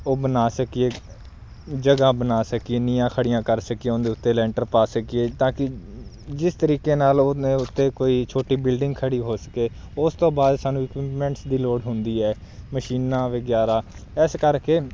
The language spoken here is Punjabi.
ਉਹ ਬਣਾ ਸਕੀਏ ਜਗ੍ਹਾ ਬਣਾ ਸਕੀਏ ਨੀਹਾਂ ਖੜੀਆਂ ਕਰ ਸਕੀਏ ਉਹਦੇ ਉੱਤੇ ਲੈਂਟਰ ਪਾ ਸਕੀਏ ਤਾਂ ਕਿ ਜਿਸ ਤਰੀਕੇ ਨਾਲ ਉਹਦੇ ਉੱਤੇ ਕੋਈ ਛੋਟੀ ਬਿਲਡਿੰਗ ਖੜੀ ਹੋ ਸਕੇ ਉਸ ਤੋਂ ਬਾਅਦ ਸਾਨੂੰ ਇਕੁਪਮੈਂਟਸ ਦੀ ਲੋੜ ਹੁੰਦੀ ਹੈ ਮਸ਼ੀਨਾਂ ਵਗੈਰਾ ਇਸ ਕਰਕੇ